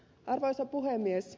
arvoisa puhemies